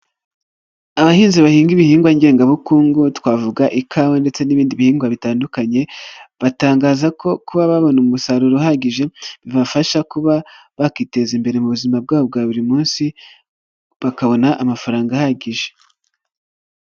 Abahinzi bahinga ibihingwa ngengabukungu, twavuga ikawa ndetse n'ibindi bihingwa bitandukanye, batangaza ko kuba babona umusaruro uhagije bibafasha kuba bakiteza imbere mu buzima bwabo bwa buri munsi, bakabona amafaranga ahagije.